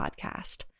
podcast